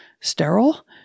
sterile